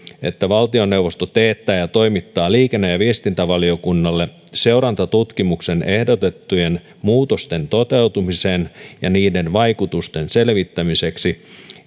valtioneuvosto teettää ja toimittaa liikenne ja viestintävaliokunnalle seurantatutkimuksen ehdotettujen muutosten toteutumisen ja niiden vaikutusten selvittämiseksi